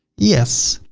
yes.